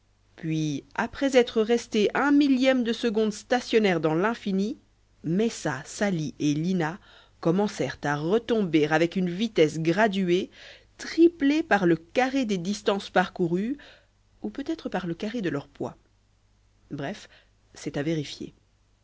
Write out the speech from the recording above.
puis après être restés un millième de seconde stationnaires dans l'infini messa sali et lina commencèrent à tomber avec une vitesse graduée triplée par le carré des distances parcourues ou peut-être par le carré de leurs poids bref c'est à vérifier